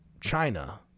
China